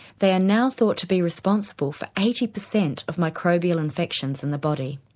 they are now thought to be responsible for eighty percent of microbial infections in the body.